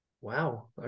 Wow